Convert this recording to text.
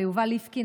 ליובל ליפקין,